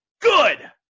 Good